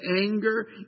anger